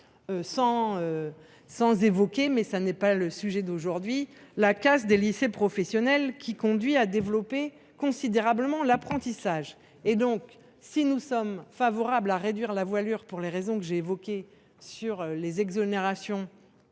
n’évoquerai pas, car ce n’est pas le sujet aujourd’hui, la casse des lycées professionnels, qui conduit à développer considérablement l’apprentissage. En conclusion, si nous sommes favorables à une réduction de la voilure, pour les raisons que j’ai invoquées, sur les exonérations